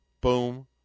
boom